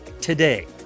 Today